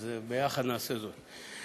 אז ביחד נעשה זאת.